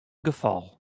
gefal